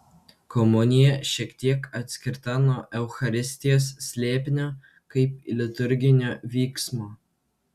komunija šiek tiek atskirta nuo eucharistijos slėpinio kaip liturginio vyksmo